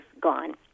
gone